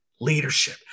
leadership